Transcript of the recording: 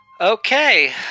Okay